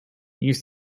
used